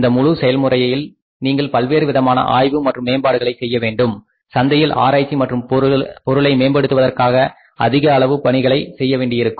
இந்த முழு செயல்முறையில் நீங்கள் பல்வேறு விதமான ஆய்வு மற்றும் மேம்பாடுகளை செய்ய வேண்டும் சந்தையில் ஆராய்ச்சி மற்றும் பொருளை மேம்படுத்துவதற்காக அதிக அளவு பணிகளை செய்ய வேண்டியிருக்கும்